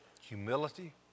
Humility